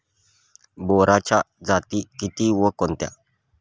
बोराच्या जाती किती व कोणत्या?